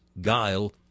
guile